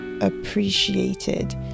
appreciated